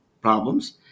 problems